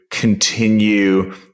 continue